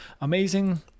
amazing